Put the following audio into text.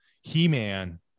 He-Man